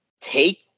take